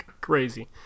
crazy